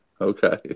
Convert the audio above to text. Okay